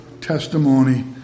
testimony